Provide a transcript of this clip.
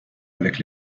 avec